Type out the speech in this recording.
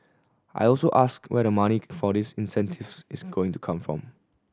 I also asked where the money for these incentives is going to come from